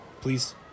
please